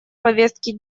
повестки